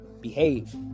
behave